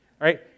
right